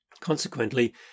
Consequently